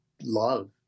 love